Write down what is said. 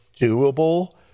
doable